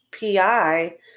PI